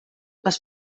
les